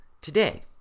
today